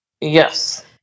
Yes